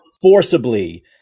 forcibly